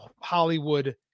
hollywood